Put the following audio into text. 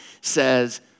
says